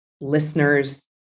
listeners